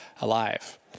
alive